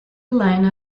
line